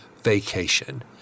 vacation